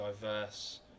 diverse